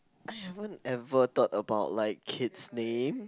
I haven't ever thought about like kids names